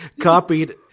Copied